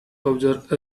observe